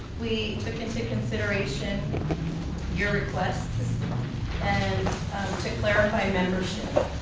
we took into consideration your requests and to clarify membership.